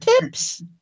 tips